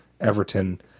Everton